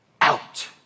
out